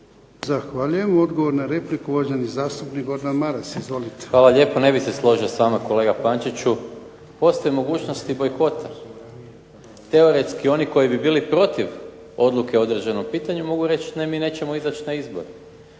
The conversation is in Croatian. Zahvaljujem. Odgovor na repliku, uvaženi zastupnik Gordan Maras. Izvolite. **Maras, Gordan (SDP)** Hvala lijepa. Ne bi se složio s vama kolega Pančiću, postoji mogućnost i bojkota. Teoretski oni koji bi bili protiv odluke o određenom pitanju mogu reći ne mi nećemo izaći na izbore,